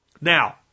Now